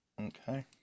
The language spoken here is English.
Okay